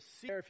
see